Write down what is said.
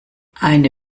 eine